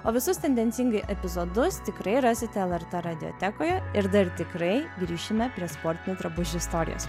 o visus tendencingai epizodus tikrai rasite lrt radiotekoje ir dar tikrai grįšime prie sportinių drabužių istorijos